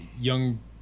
young